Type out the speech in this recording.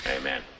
Amen